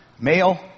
Male